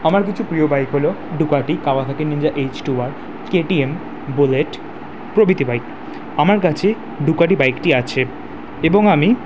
আমার কিছু প্রিয় বাইক হলো Ducati Kawasaki Ninja H two আর কে টি এম বুলেট প্রভৃতি বাইক আমার কাছে ডুকাটি বাইকটি আছে এবং আমি